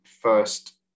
first